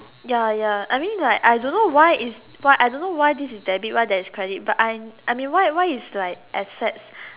ya ya I mean like I don't know why is I don't know why this is debit why that is credit but I I mean why why is like asset